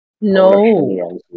No